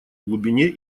глубине